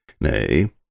Nay